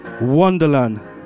Wonderland